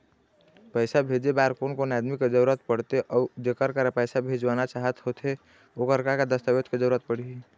पैसा भेजे बार कोन कोन आदमी के जरूरत पड़ते अऊ जेकर करा पैसा भेजवाना चाहत होथे ओकर का का दस्तावेज के जरूरत पड़ही?